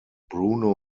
bruno